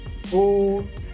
food